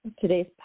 today's